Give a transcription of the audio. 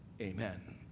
amen